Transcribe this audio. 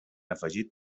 afegit